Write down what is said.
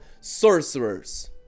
sorcerers